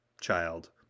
child